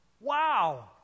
wow